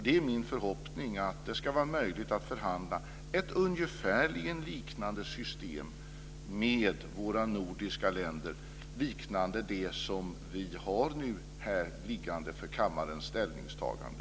Det är min förhoppning att det ska vara möjligt att förhandla fram ett ungefärligen liknande system med våra nordiska grannländer. Det ska vara ett system liknande det som vi nu har liggande här för kammarens ställningstagande.